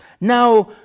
now